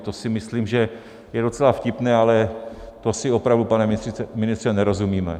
To si myslím, že je docela vtipné, ale to si opravdu, pane ministře, nerozumíme.